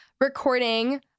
recording